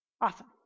Awesome